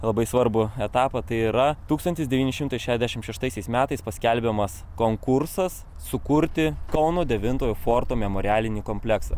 labai svarbų etapą tai yra tūkstantis devyni šimtai šešiasdešimt šeštaisiais metais paskelbiamas konkursas sukurti kauno devintojo forto memorialinį kompleksą